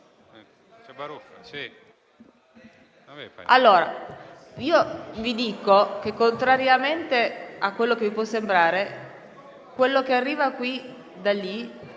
Allora, colleghi, vi dico che, contrariamente a quello che può sembrare, quello che arriva qui da lì